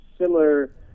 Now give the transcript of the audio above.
similar